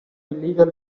illegal